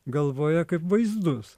galvoje kaip vaizdus